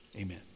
Amen